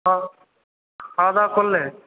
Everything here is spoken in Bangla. খাওয়াদাওয়া করলে